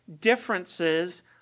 differences